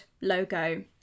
logo